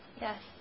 Yes